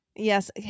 Yes